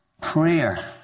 prayer